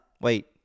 Wait